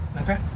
Okay